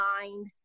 mind